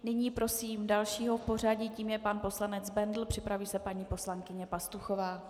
Nyní prosím dalšího přihlášeného, tím je pan poslanec Bendl, připraví se paní poslankyně Pastuchová.